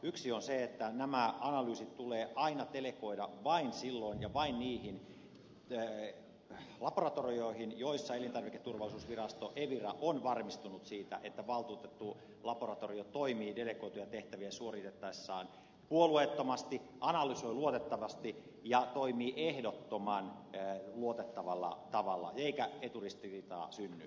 yksi on se että nämä analyysit tulee aina delegoida vain niihin laboratorioihin joissa elintarviketurvallisuusvirasto evira on varmistunut siitä että valtuutettu laboratorio toimii delegoituja tehtäviä suorittaessaan puolueettomasti analysoi luotettavasti ja toimii ehdottoman luotettavalla tavalla eikä eturistiriitaa synny